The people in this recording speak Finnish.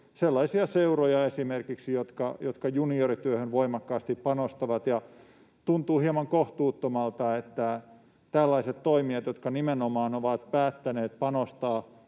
sellaisia seuroja, jotka juniorityöhön voimakkaasti panostavat. Tuntuu hieman kohtuuttomalta, että tällaiset toimijat, jotka nimenomaan ovat päättäneet panostaa